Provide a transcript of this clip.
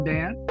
Dan